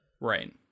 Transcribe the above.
Right